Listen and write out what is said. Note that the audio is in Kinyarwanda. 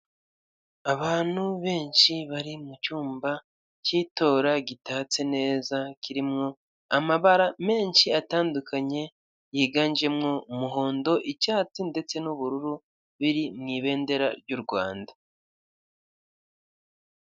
Abantu benshi bari mu cyumba cy'itora gitatse neza, kirimo amabara menshi atandukanye yiganjemo umuhondo icyatsi ndetse n'ubururu, biri mu ibendera ry'u Rwanda.